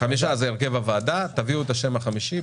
זה הרכב הוועדה, תביאו את השם החמישי.